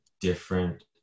different